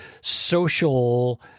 social